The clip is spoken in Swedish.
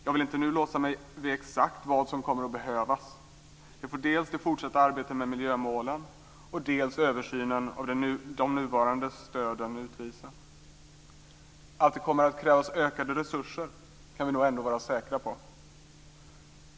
Jag vill inte nu låsa mig vid exakt vad som kommer att behövas. Det får dels det fortsatta arbetet med miljömålen, dels översynen av de nuvarande stöden utvisa. Att det kommer att krävas ökade resurser kan vi nog ändå vara säkra på.